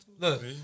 Look